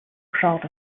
proud